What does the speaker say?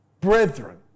brethren